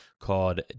called